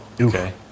okay